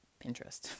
Pinterest